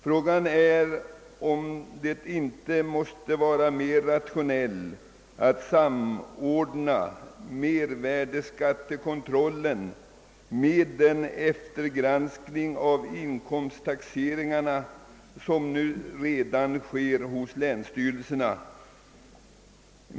Frågan är, om det inte måste vara mera rationellt att samordna mervärdeskattekontrollen med den eftergranskning av inkomsttaxeringarna som redan nu företages hos länsstyrelserna.